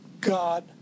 God